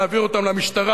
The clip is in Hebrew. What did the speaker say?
נעביר אותה למשטרה,